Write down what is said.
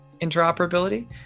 interoperability